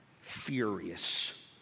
furious